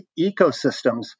ecosystems